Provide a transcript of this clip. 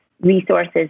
resources